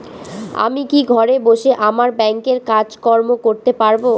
আমি কি ঘরে বসে আমার ব্যাংকের কাজকর্ম করতে পারব?